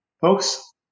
folks